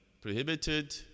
prohibited